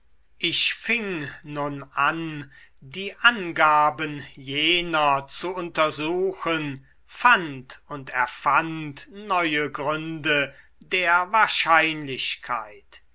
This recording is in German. ich fing nun an die aufgaben jener zu untersuchen fand und erfand neue gründe der wahrscheinlichkeit